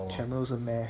全都是 math